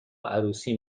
عروسی